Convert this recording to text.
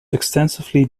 extensively